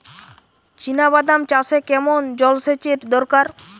চিনাবাদাম চাষে কেমন জলসেচের দরকার?